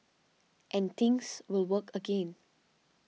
and things will work again